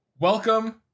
Welcome